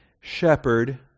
Shepherd